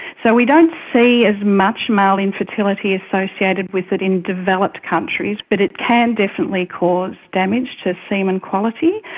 so we don't see as much male infertility associated with it in developed countries but it can definitely cause damage to semen quality,